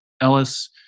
Ellis